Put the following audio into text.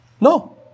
No